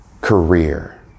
career